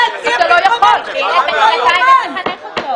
אתה לא יכול --- זה לא התפקיד שלך להציע פתרונות חינוך.